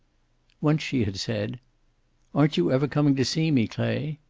once she had said aren't you ever coming to see me, clay?